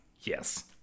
Yes